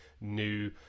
new